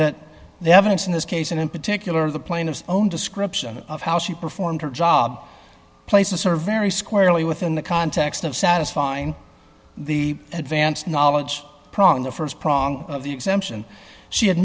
that the evidence in this case and in particular the plaintiffs own description of how she performed her job places her very squarely within the context of satisfying the advanced knowledge prong the st prong of the exemption she ad